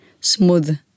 smooth